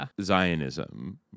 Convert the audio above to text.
Zionism